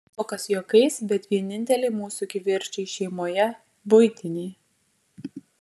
juokas juokais bet vieninteliai mūsų kivirčai šeimoje buitiniai